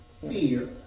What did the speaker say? fear